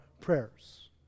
prayers